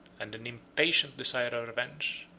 and an impatient desire of revenge.